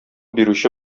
бирүче